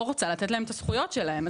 לא רוצה לתת להם את הזכויות שלהם.